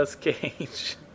Cage